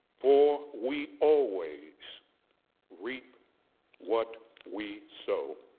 for we always reap what we sow.